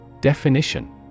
Definition